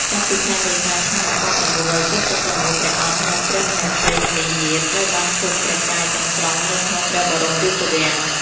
ចាប់ពីខែមេសា ឆ្នាំ១៩៧៦ ព្រះអង្គ និងព្រះមហេសី មុនីនាថ ត្រូវបានឃុំព្រះកាយទាំងស្រុងនៅក្នុងព្រះបរមរាជវាំង។